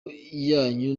yanyu